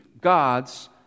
God's